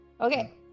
Okay